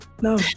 no